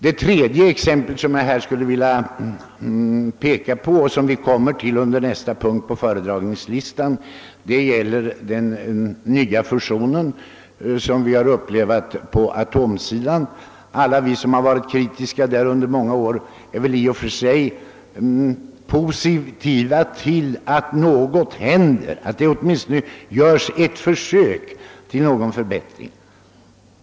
Det tredje exempel som jag vill peka på och som vi kommer till under nästa punkt på föredragningslistan gäller den fusion, som i somras gjordes på atomkraftsområdet. Alla vi som under många år varit kritiskt inställda till politiken i detta avsnitt är väl i och för sig positiva till att något händer och att det åtminstone görs ett försök till en förbättring.